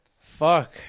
fuck